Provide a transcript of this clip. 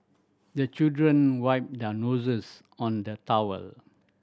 the children wipe their noses on the towel